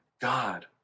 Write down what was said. God